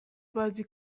بازی